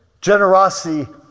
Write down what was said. generosity